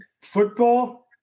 football